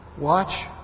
Watch